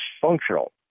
functional